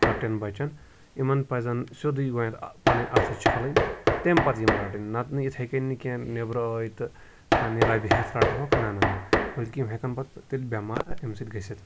لۄکٹٮ۪ن بَچَن یِمَن پَزَن سیٚودُے گۄڈنٮ۪تھ پَنٕںۍ اَتھٕ چھَلٕنۍ تمہِ پَتہٕ یِم رَٹٕنۍ نَتہٕ نہٕ یِتھٔے کٔنۍ کینٛہہ نٮ۪برٕ ٲے تہٕ پنٛنہِ رَبہِ ہیٚتھ رَٹہوکھ نہ نہ نہ بلکہِ یِم ہٮ۪کَن پَتہٕ تیٚلہِ بٮ۪مار اَمہِ سۭتۍ گٔژھِتھ